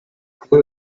fue